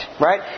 Right